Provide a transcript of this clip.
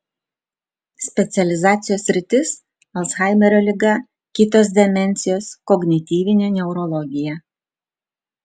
specializacijos sritis alzhaimerio liga kitos demencijos kognityvinė neurologija